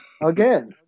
Again